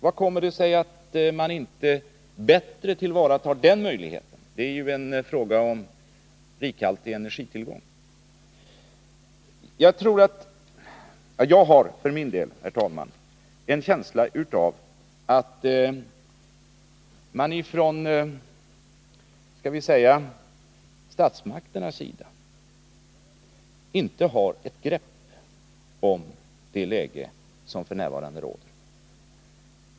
Hur kommer det sig att man inte bättre tillvaratar den möjligheten? Det är ju fråga om rikhaltig energitillgång. Jag har för min del en känsla av att man från statsmakternas sida inte har ett grepp om det läge som f. n. råder.